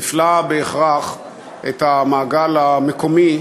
הפלה בהכרח את המעגל המקומי,